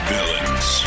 Villains